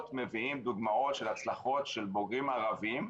מביאים דוגמאות של הצלחות של בוגרים ערבים.